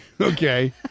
Okay